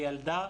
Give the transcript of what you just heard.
לילדה.